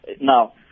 Now